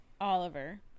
Oliver